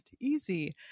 easy